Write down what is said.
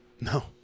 No